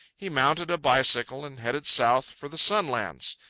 he mounted a bicycle and headed south for the sunlands.